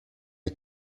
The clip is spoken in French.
est